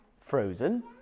Frozen